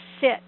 sit